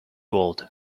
old